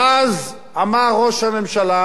ואז אמר ראש הממשלה,